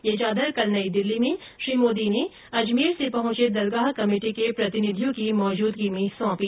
यह चादर कल नयी दिल्ली में श्री मोदी ने अजमेर से पहंचे दरगाह कमेटी के प्रतिनिधियों की मौजूदगी में सौंपी